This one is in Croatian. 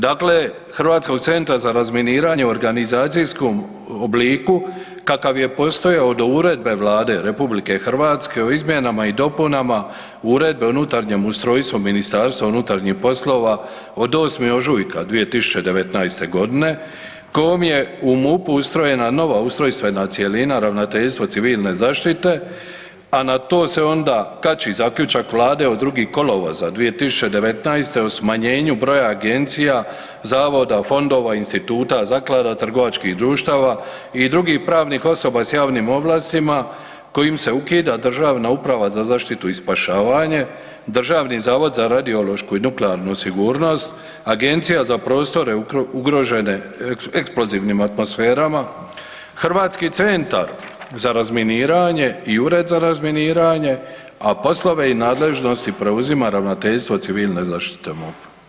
Dakle, Hrvatskog centra za razminiranje u organizacijskom obliku kakav je postojao do Uredbe Vlade RH o izmjenama i dopunama Uredbe o unutarnjem ustrojstvu MUP-a od 8. ožujka 2019.g. kojom je u MUP-u ustrojena nova ustrojstvena cjelina Ravnateljstva civilne zaštite, a na to se onda kači zaključak Vlade od 2. kolovoza 2019.o smanjenju broja agencija, zavoda, fondova, instituta, zaklada, trgovačkih društava i drugih pravnih osoba s javnim ovlastima kojim se ukida Državna uprava za zaštitu i spašavanje, Državni zavod za radiološku i nuklearnu sigurnost, Agencija za prostore ugrožene eksplozivnim atmosferama, Hrvatski centar za razminiranje i Ured za razminiranje, a poslove i nadležnosti preuzima Ravnateljstvo civilne zaštite MUP.